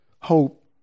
hope